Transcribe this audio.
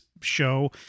show